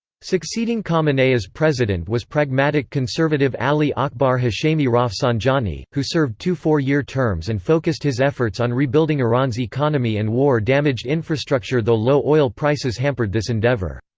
succeeding khamenei as president was pragmatic conservative ali-akbar hashemi rafsanjani, who served two four-year terms and focused his efforts on rebuilding iran's economy and war-damaged infrastructure though low oil prices hampered this endeavor.